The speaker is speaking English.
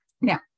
Now